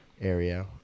area